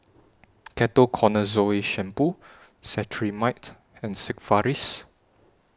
Ketoconazole Shampoo Cetrimide and Sigvaris